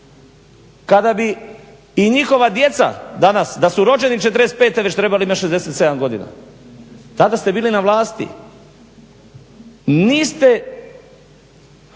Kada bi i njihova djeca danas, da su rođeni '45. već trebali imat 67 godina, tada ste bili na vlasti, niste